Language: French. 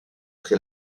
très